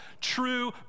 true